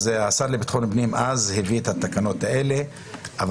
אז השר לביטחון פנים הביא את התקנות האלה אבל